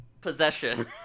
possession